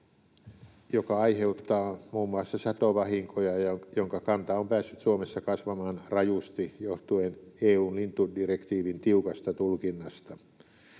joka aiheuttaa muun muassa satovahinkoja ja jonka kanta on päässyt Suomessa kasvamaan rajusti johtuen EU:n lintudirektiivin tiukasta tulkinnasta.